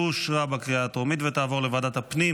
אושרה בקריאה הטרומית ותעבור לוועדת הפנים